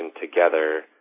together